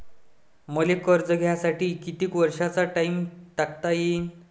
मले कर्ज घ्यासाठी कितीक वर्षाचा टाइम टाकता येईन?